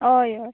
हय हय